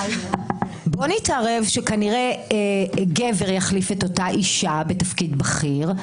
בוא נתערב שכנראה גבר יחליף את אותה אישה בתפקיד בכיר,